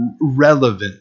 relevant